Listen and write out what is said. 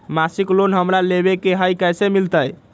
मासिक लोन हमरा लेवे के हई कैसे मिलत?